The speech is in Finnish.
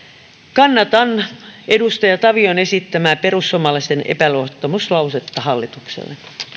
kannatan edustaja tavion esittämää perussuomalaisten epäluottamuslausetta hallitukselle